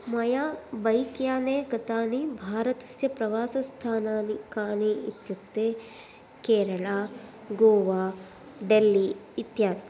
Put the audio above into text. मया बैक् याने गतानि भारतस्य प्रवासस्थानानि कानि इत्युक्ते केरळा गोवा डेल्लि इत्यादि